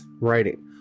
writing